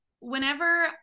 whenever